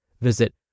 Visit